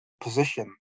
position